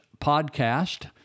podcast